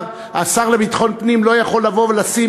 השר לביטחון פנים לא יכול לבוא ולשים